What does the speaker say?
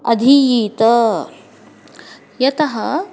अधीतः यतः